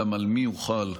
גם על מי הוא חל,